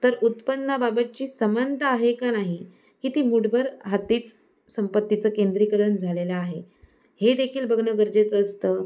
तर उत्पन्नाबाबतची समानता आहे का नाही की ती मूठभर हातीच संपत्तीचं केंद्रीकरण झालेलं आहे हे देखील बघणं गरजेचं असतं